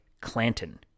Clanton